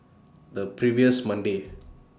The previous Monday